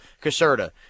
Caserta